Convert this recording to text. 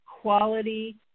quality